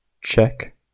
check